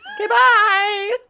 Goodbye